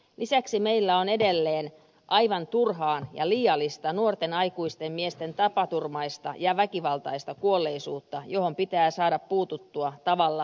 lisäksi meillä on edelleen aivan turhaa ja liiallista nuorten aikuisten miesten tapaturmaista ja väkivaltaista kuolleisuutta johon pitää saada puututtua tavalla tai toisella